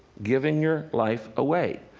giving your life away.